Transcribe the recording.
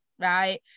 right